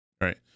Right